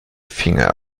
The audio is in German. finger